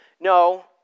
No